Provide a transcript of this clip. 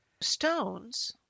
Stones